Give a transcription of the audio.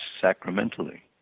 sacramentally